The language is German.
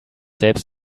selbst